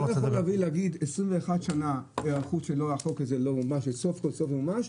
אי אפשר להגיד שאחרי 21 שהחוק הזה לא מומש וסוף כל סוף מומש,